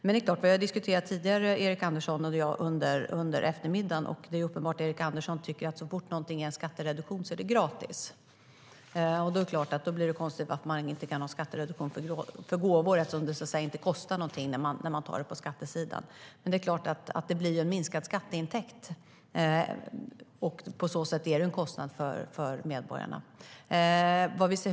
Vi har tidigare diskuterat, Erik Andersson och jag, under eftermiddagen. Det är uppenbart att Erik Andersson tycker att så fort någonting är en skattereduktion är det gratis. Då blir det konstigt att man inte kan ha skattereduktion för gåvor, eftersom det inte kostar någonting när man tar det på skattesidan. Men det blir en minskad skatteintäkt. På så sätt blir det en kostnad för medborgarna.